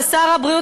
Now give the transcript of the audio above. ושר הבריאות,